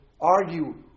argue